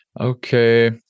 Okay